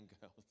girls